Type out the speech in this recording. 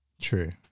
True